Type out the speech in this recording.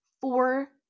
Four